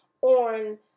on